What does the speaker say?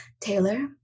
Taylor